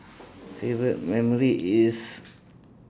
favourite memory is